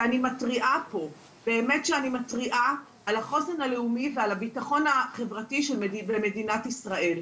ואני מתריעה פה על החוסן הלאומי והבטחון החברתי במדינת ישראל.